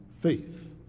faith